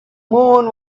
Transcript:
moon